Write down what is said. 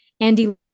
andy